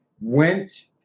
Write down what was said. went